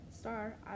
Star